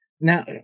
now